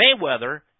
Mayweather